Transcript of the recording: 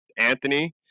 Anthony